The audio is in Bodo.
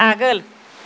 आगोल